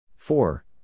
Four